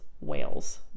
whales